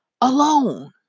alone